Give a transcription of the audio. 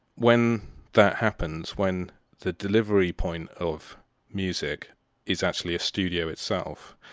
when that happens, when the delivery point of music is actually studio itself,